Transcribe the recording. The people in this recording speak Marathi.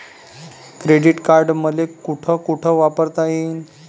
क्रेडिट कार्ड मले कोठ कोठ वापरता येईन?